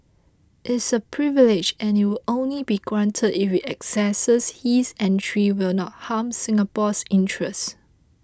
it's a privilege and it will only be granted if we assess his entry will not harm Singapore's interest